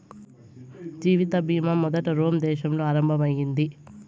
జీవిత బీమా మొదట రోమ్ దేశంలో ఆరంభం అయింది